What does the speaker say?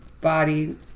body